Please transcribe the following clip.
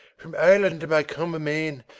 from ireland am i come amaine,